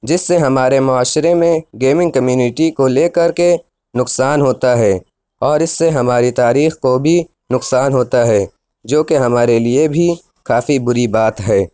جس سے ہمارے معاشرے میں گیمنگ کمیونٹی کو لے کر کے نقصان ہوتا ہے اور اِس سے ہماری تاریخ کو بھی نقصان ہوتا ہے جو کہ ہمارے لیے بھی کافی بُری بات ہے